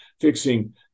fixing